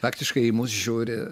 praktiškai į mus žiūri